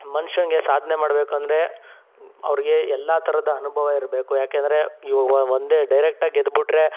ಮನುಷ್ಯಂಗೆ ಸಾಧನೆ ಮಾಡಬೇಕಂದ್ರೆ ಅವ್ರಿಗೆ ಎಲ್ಲ ಥರದ ಅನುಭವ ಇರಬೇಕು ಯಾಕೆಂದರೆ ಇವ ವ ಒಂದೇ ಡೈರೆಕ್ಟಾಗಿ ಗೆದ್ದುಬಿಟ್ರೆ